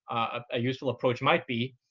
a useful approach might be,